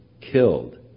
killed